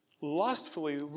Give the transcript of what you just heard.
lustfully